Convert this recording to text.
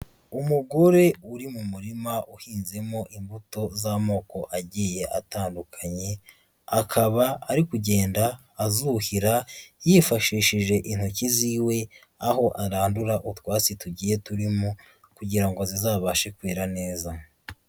Umugore uri mu murima uhinzemo imbuto z'amoko agiye atandukanye. Akaba ari kugenda azuhira, yifashishije intoki ziwe, aho arandura utwatsi tugiye turimo, kugira ngo zizabashe kwera neza.